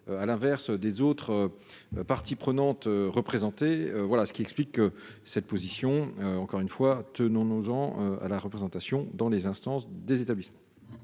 à l'inverse des autres parties prenantes, voilà ce qui explique que cette position, encore une fois, tenons-nous en à la représentation dans les instances des établis.